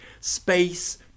space